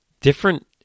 different